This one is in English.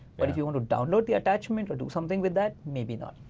but if you want to download the attachment or do something with that maybe not.